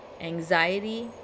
anxiety